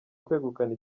kwegukana